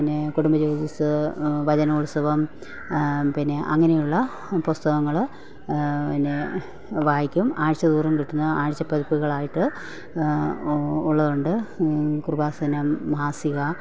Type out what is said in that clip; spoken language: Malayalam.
പിന്നെ കുടുംബ ജ്യോതിസ് വചനോത്സവം പിന്നെ അങ്ങനെയുള്ള പുസ്തകങ്ങള് പിന്നെ വായിക്കും ആഴ്ച തോറും കിട്ടുന്ന ആഴ്ചപ്പതിപ്പുകളായിട്ട് ഉള്ളതുണ്ട് കൃപാസനം മാസിക